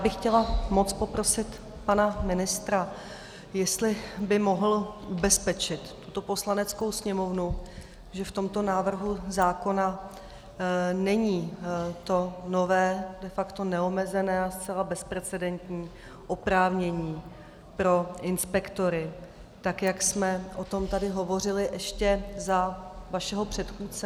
Chtěla bych moc poprosit pana ministra, jestli by mohl ubezpečit Poslaneckou sněmovnu, že v tomto návrhu zákona není to nové, de facto neomezené a zcela bezprecedentní oprávnění pro inspektory, tak jak jsme o tom tady hovořili ještě za vašeho předchůdce.